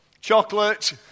Chocolate